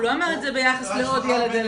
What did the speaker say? הוא לא אמר את זה ביחס ל- -- לא,